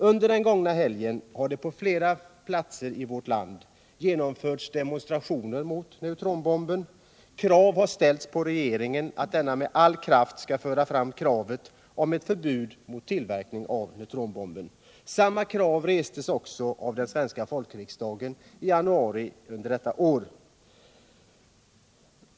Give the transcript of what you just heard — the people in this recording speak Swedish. Under den gångna helgen har det på flera platser i vårt land genomförts demonstrationer mot neutronbomben, krav har ställts på regeringen att denna med all kraft skall föra fram kravet på ett förbud mot tillverkning av neutronbomben. Samma krav restes också av den svenska folkriksdagen i januari detta år.